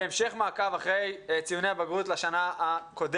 והמשך מעקב אחר ציוני הבגרות לשנה"ל תש"ף".